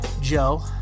Joe